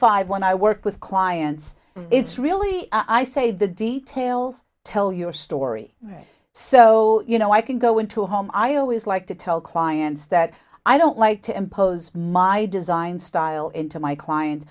five when i work with clients it's really i say the details tell your story so you know i can go into a home i always like to tell clients that i don't like to impose my design style into my clients